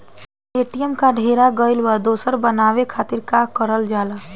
ATM card हेरा गइल पर दोसर बनवावे खातिर का करल जाला?